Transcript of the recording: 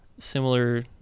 similar